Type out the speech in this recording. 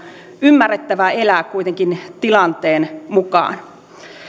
ymmärrettävä elää kuitenkin tilanteen mukaan